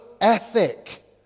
ethic